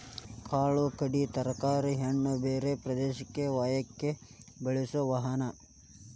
ಕಾಳ ಕಡಿ ತರಕಾರಿ ಹಣ್ಣ ಬ್ಯಾರೆ ಪ್ರದೇಶಕ್ಕ ವಯ್ಯಾಕ ಬಳಸು ವಾಹನಾ